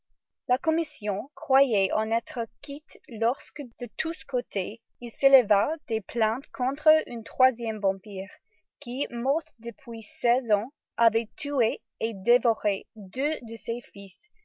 la commission croyait en être quitte lorsque de tous côtés il s'éleva des plaintes contre un troisième vampire qui mort depuis seize ans avait tué et dévoré deux de ses fils